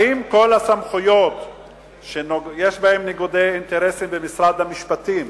האם כל הסמכויות שיש בהן ניגודי אינטרסים במשרד המשפטים